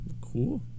Cool